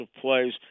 plays